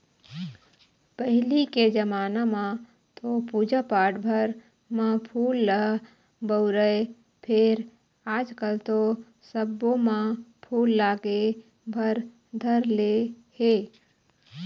पहिली के जमाना म तो पूजा पाठ भर म फूल ल बउरय फेर आजकल तो सब्बो म फूल लागे भर धर ले हे